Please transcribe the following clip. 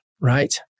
right